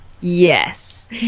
Yes